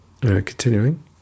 Continuing